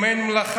אם אין מלאכה.